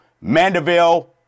Mandeville